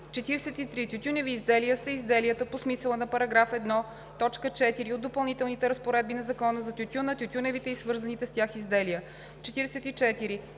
„43. „Тютюневи изделия“ са изделията по смисъла на § 1, т. 4 от Допълнителните разпоредби на Закона за тютюна, тютюневите и свързаните с тях изделия.